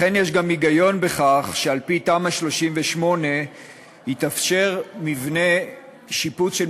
לכן יש גם היגיון בכך שעל-פי תמ"א 38 יתאפשר שיפוץ של